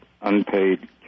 unpaid